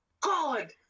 god